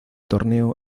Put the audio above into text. torneo